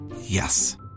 Yes